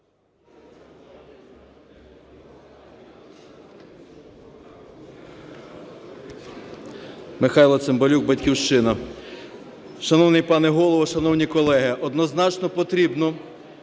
Михайло Цимбалюк, "Батьківщина". Шановний пане Голово і шановні колеги, однозначно потрібно